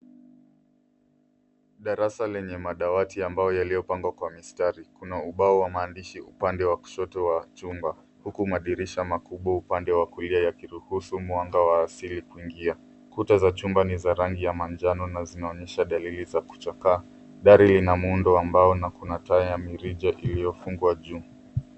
Darasa lenye madawati ya mbao yaliyopangwa kwa mistari. Kuna ubao wa maandishi upande wa kushoto wa chumba, huku madirisha makubwa upande wa kulia yakiruhusu mwanga wa asili kuingia. Kuta za chumba ni za rangi ya manjano na zinaonyesha dalili za kuchakaa. Dari lina muundo wa mbao na kuna taa ya mirija iliyofungwa juu.